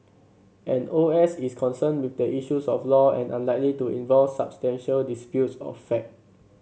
an O S is concerned with the issues of law and unlikely to involve substantial disputes of fact